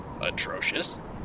Atrocious